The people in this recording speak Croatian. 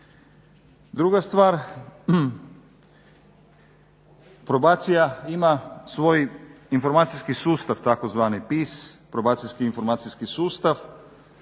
Druga stvar, probacija ima svoj informacijski sustav tzv. PIS Probacijski-informacijski sustav